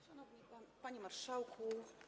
Szanowny Panie Marszałku!